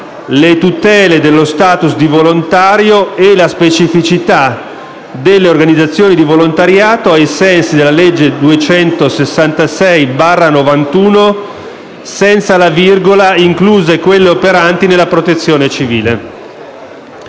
«le tutele dello *status* di volontario e la specificità delle organizzazioni di volontariato ai sensi della legge n. 266 del 1991, incluse quelle operanti nella protezione civile».